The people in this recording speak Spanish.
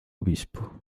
obispo